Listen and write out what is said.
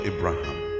Abraham